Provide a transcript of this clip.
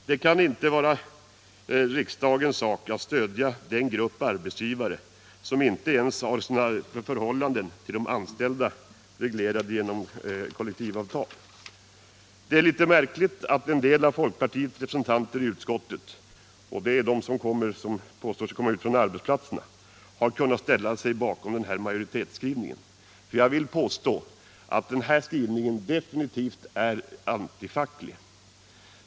Det kan inte vara riksdagens sak att stödja den grupp arbetsgivare som inte ens har sina förhållanden till de anställda reglerade genom kollektivavtal. Det är litet märkligt att en del av folkpartiets representanter i utskottet, dvs. de som påstår sig komma från arbetsplatserna, har kunnat ställa sig bakom den här majoritetsskrivningen. Jag vill påstå att den här skrivningen definitivt är antifacklig.